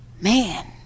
man